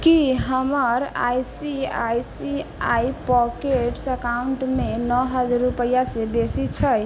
की हमर आइ सी आइ सी आइ पॉकेट्स अकाउन्टमे नओ हजार रुपैआसँ बेसी छै